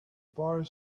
bar